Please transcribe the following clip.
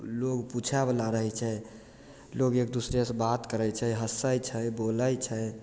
लोग पुछयवला रहय छै लोग एक दुसरेसँ बात करय छै हँसय छै बोलय छै